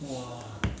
!wah!